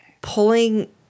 pulling